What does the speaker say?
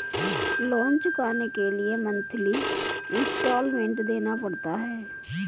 loan चुकाने के लिए मंथली इन्सटॉलमेंट देना पड़ता है